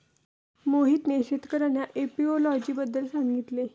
मोहितने शेतकर्यांना एपियोलॉजी बद्दल सांगितले